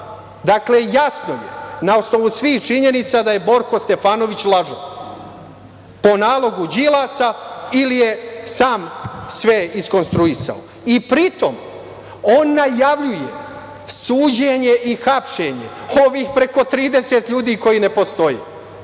jasno je, na osnovu svih činjenica, da je Borko Stefanović lažov, po nalogu Đilasa ili je sam sve iskonstruisao. Pri tom, on najavljuje suđenje i hapšenje ovih preko 30 ljudi koji ne postoje.